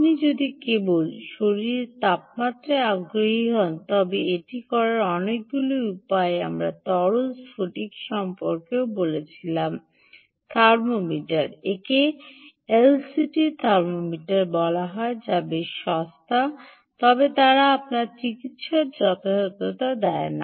আপনি যদি কেবল শরীরের তাপমাত্রায় আগ্রহী হন তবে এটি করার অনেকগুলি উপায় আমরা তরল স্ফটিক সম্পর্কেও বলেছিলাম থার্মোমিটার একে এলসিটি থার্মোমিটার বলা হয় যা বেশ সস্তা তবে তারা আপনাকে চিকিত্সার যথাযথতা দেয় না